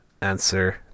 answer